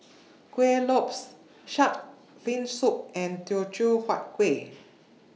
Kueh Lopes Shark's Fin Soup and Teochew Huat Kuih